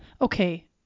Okay